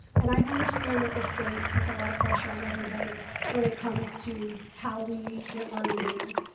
and i understand that the state puts a lot of pressure on everybody when it comes to how we get learning gains.